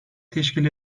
teşkil